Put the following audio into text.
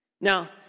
Now